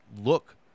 look